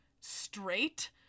straight